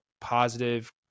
positive